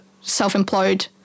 self-employed